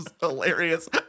hilarious